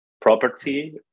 property